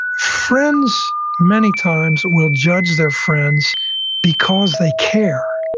friends many times will judge their friends because they care.